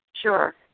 Sure